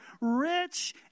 rich